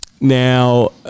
Now